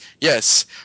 Yes